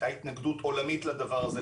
הייתה התנגדות עולמית לדבר הזה,